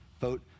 Vote